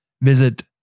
Visit